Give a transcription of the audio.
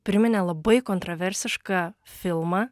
priminė labai kontroversišką filmą